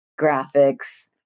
graphics